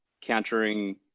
countering